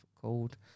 called